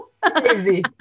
crazy